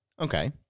Okay